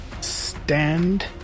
stand